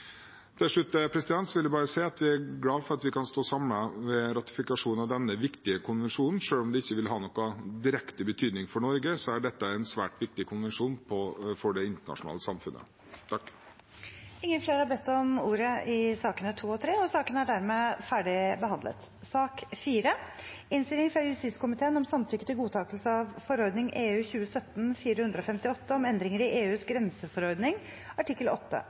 Til slutt vil jeg bare si at vi er glad for at vi kan stå samlet om ratifikasjonen av denne viktige konvensjonen. Selv om det ikke vil ha noen direkte betydning for Norge, er dette en svært viktig konvensjon for det internasjonale samfunnet. Flere har ikke bedt om ordet til sakene nr. 2 og 3. Etter ønske fra justiskomiteen vil presidenten foreslå at taletiden blir begrenset til 3 minutter til hver partigruppe og 3 minutter til medlemmer av